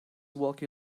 walking